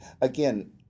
again